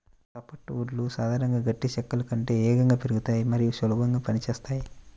soft వుడ్లు సాధారణంగా గట్టి చెక్కల కంటే వేగంగా పెరుగుతాయి మరియు సులభంగా పని చేస్తాయి